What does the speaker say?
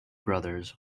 brothers